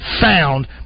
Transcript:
found